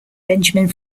benjamin